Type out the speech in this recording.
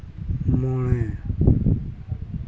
ᱢᱚᱬᱮ